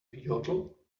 yodel